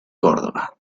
córdoba